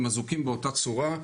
הם אזוקים באותה צורה.